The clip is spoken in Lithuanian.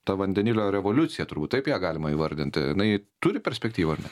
ta vandenilio revoliucija turbūt taip ją galima įvardinti jinai turi perspektyvą ar ne